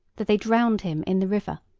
that they drowned him in the river,